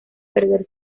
perder